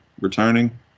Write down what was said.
returning